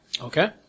Okay